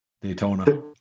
Daytona